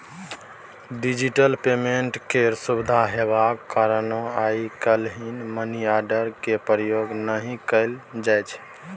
digital payment केर सुविधा हेबाक कारणेँ आइ काल्हि मनीआर्डर केर प्रयोग नहि कयल जाइ छै